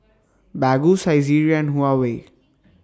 Baggu Saizeriya and Huawei